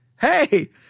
Hey